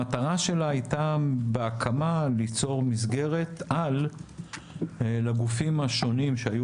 המטרה שלה הייתה בהקמה ליצור מסגרת על לגופים השונים שהיו